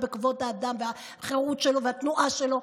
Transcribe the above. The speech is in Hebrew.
בכבוד האדם ובחירות שלו ובתנועה שלו.